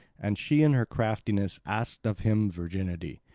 and she in her craftiness asked of him virginity.